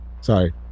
Sorry